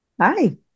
Hi